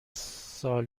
سال